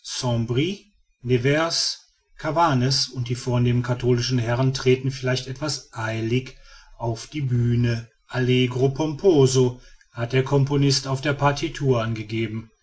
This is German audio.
cavannes und die vornehmen katholischen herren treten vielleicht etwas eilig auf die bühne allegro pomposo hat der componist auf der partitur angegeben